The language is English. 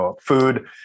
Food